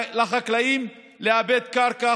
לחקלאים, לעבד קרקע